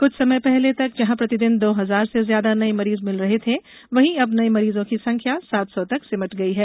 कुछ समय पहले तक जहां प्रतिदिन दो हजार से ज्यादा नये मरीज मिल रहे थे वहीं अब नये मरीजों की संख्या सात सौ तक सिमट गई है